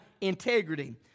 integrity